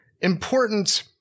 important